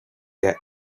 that